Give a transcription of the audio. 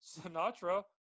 Sinatra